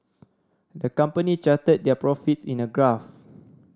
the company charted their profits in a graph